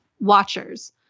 watchers